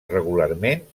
regularment